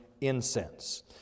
incense